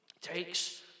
takes